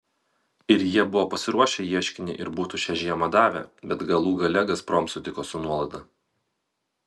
ir jie buvo pasiruošę ieškinį ir būtų šią žiemą davę bet galų gale gazprom sutiko su nuolaida